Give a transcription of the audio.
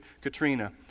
Katrina